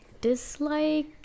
dislike